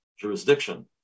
jurisdiction